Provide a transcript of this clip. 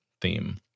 theme